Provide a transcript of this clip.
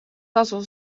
tasu